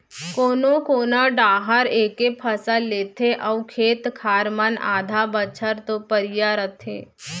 कोनो कोना डाहर एके फसल लेथे अउ खेत खार मन आधा बछर तो परिया रथें